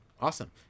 Awesome